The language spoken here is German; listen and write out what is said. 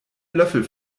löffel